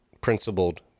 principled